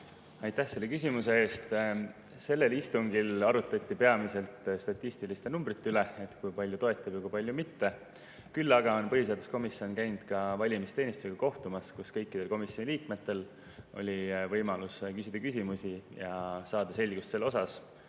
Aitäh selle küsimuse eest! Sellel istungil arutleti peamiselt statistiliste numbrite üle: kui palju [inimesi e‑valimisi] toetab ja kui palju mitte. Küll aga on põhiseaduskomisjon käinud ka valimisteenistusega kohtumas, kus kõikidel komisjoni liikmetel oli võimalus küsida küsimusi ja saada selle kohta